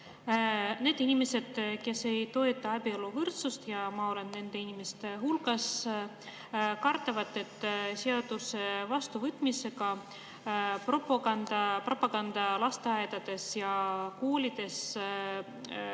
Need inimesed, kes ei toeta abieluvõrdsust – ja ma olen nende inimeste hulgas –, kardavad, et seaduse vastuvõtmisega hakkab propaganda lasteaedades ja koolides väga